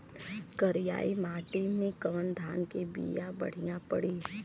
करियाई माटी मे कवन धान के बिया बढ़ियां पड़ी?